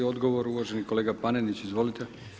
Odgovor uvaženi kolega Panenić, izvolite.